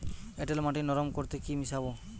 এঁটেল মাটি নরম করতে কি মিশাব?